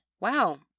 Wow